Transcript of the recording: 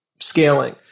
scaling